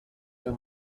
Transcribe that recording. the